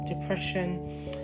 depression